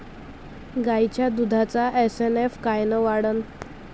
गायीच्या दुधाचा एस.एन.एफ कायनं वाढन?